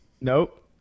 Nope